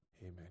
Amen